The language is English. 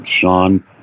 Sean